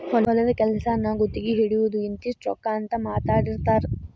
ಹೊಲದ ಕೆಲಸಾನ ಗುತಗಿ ಹಿಡಿಯುದು ಇಂತಿಷ್ಟ ರೊಕ್ಕಾ ಅಂತ ಮಾತಾಡಿರತಾರ